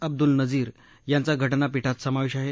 अब्दूल नजीर यांचा घटनापीठात समावेश आहे